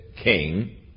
king